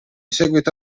seguito